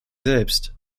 selbst